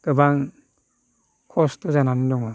गोबां खस्थ' जानानै दङ